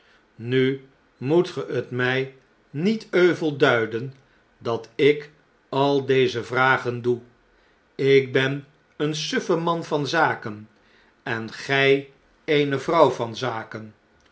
nu moet ge het mjj niet euvel duiden dat ik al deze vragen doe ikbeneensuffeman van zaken en gjj eene vrouw van zaken